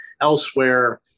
elsewhere